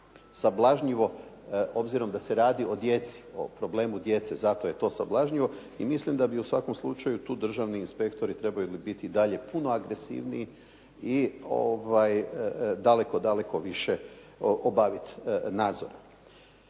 sablažnjivo obzirom da se radi o djeci, o problemu djece, zato je to sablažnjivo i mislim da bi tu u svakom slučaju tu državni inspektori trebali biti puno agresivniji i daleko više obaviti nadzor.